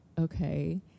okay